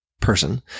person